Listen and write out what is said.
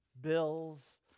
bills